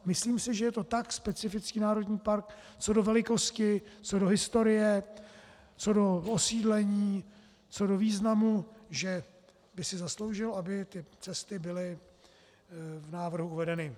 Myslím si, že je to tak specifický národní park co do velikosti, co do historie, co do osídlení, co do významu, že by si zasloužil, aby ty cesty byly v návrhu uvedeny.